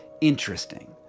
interesting